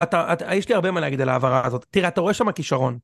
יש לי הרבה מה להגיד על ההעברה הזאת, תראה אתה רואה שמה כישרון.